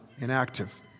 inactive